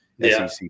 SEC